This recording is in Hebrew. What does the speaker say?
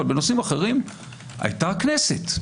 אבל בנושאים אחרים הייתה כנסת.